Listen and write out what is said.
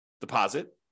deposit